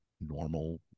normal